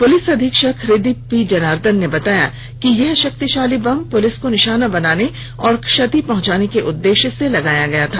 police अधीक्षक Hrideep P Janardhan ने बताया कि यह शक्तिशाली बम पुलिस को निशाना बनाने और क्षति पहुंचाने के उद्देश्य से लगाया गया था